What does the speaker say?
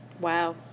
Wow